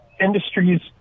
industries